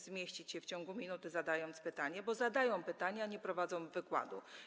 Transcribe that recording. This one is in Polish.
zmieścić się w czasie 1 minuty, zadając pytanie, bo zadają pytania, a nie prowadzą wykład.